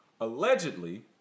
allegedly